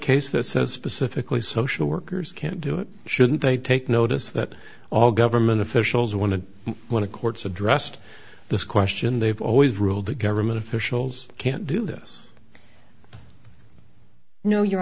case that says specifically social workers can't do it shouldn't they take notice that all government officials want to want to courts addressed this question they've always ruled that government officials can't do this no your